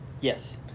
Yes